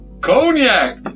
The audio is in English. Cognac